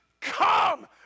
come